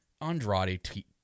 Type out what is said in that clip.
Andrade